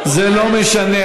זה לא משנה,